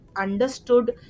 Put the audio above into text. understood